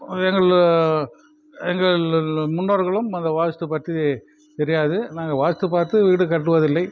எங்கள் எங்கள் முன்னோர்களும் அந்த வாஸ்து பற்றி தெரியாது நாங்கள் வாஸ்து பார்த்து வீடு கட்டுவதில்லை